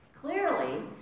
Clearly